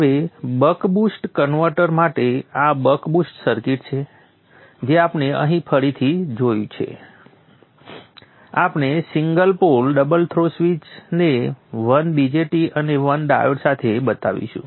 હવે buck boost converter માટે આ બક બુસ્ટ સર્કિટ છે જે આપણે અહીં ફરીથી જોયું છે આપણે સિંગલ પોલ ડબલ થ્રો સ્વિચને 1 BJT અને 1 ડાયોડ સાથે બદલીશું